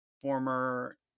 former